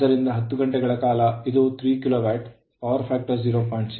ಆದ್ದರಿಂದ 10 ಗಂಟೆಗಳ ಕಾಲ ಇದು 3ಕಿಲೋವ್ಯಾಟ್ ಪವರ್ ಫ್ಯಾಕ್ಟರ್ 0